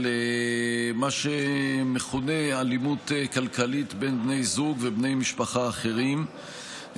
של מה שמכונה אלימות כלכלית בין בני זוג ובני משפחה אחרים,